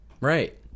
Right